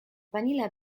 vanilla